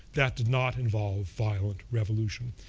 that did not involve violent revolution.